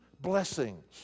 blessings